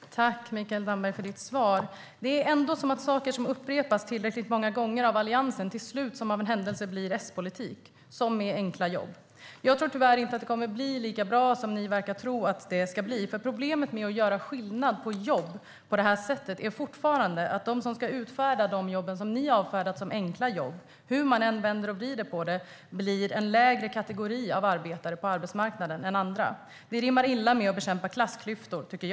Herr talman! Tack, Mikael Damberg, för ditt svar. Det verkar ändå som om saker som upprepas tillräckligt många gånger av Alliansen till slut, som av en händelse, blir S-politik - som enkla jobb. Jag tror tyvärr inte att det kommer att bli lika bra som ni verkar tro att det ska bli. Problemet med att göra skillnad på jobb på detta sätt är fortfarande att de som ska utföra de jobb som ni har avfärdat som enkla jobb, hur man än vänder och vrider på det, blir en lägre kategori av arbetare på arbetsmarknaden än andra. Det tycker jag rimmar illa med att bekämpa klassklyftor.